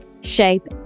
Shape